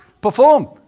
perform